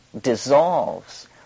dissolves